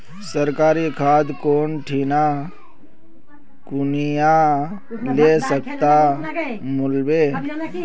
सरकारी खाद कौन ठिना कुनियाँ ले सस्ता मीलवे?